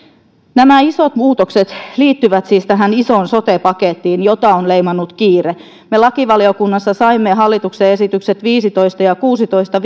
nämä isot muutokset liittyvät siis tähän isoon sote pakettiin jota on leimannut kiire me lakivaliokunnassa saimme hallituksen esitykset viisitoista ja kuusitoista